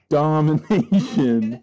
domination